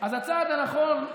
הצעד הנכון,